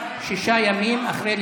שישה ימים אחרי לידה.